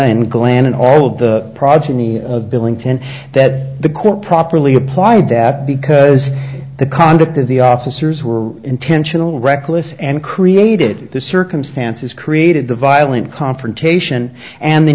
and glahn and all of the progeny of billington that the court properly applied that because the conduct of the officers were intentional reckless and created the circumstances created the violent confrontation and the